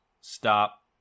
stop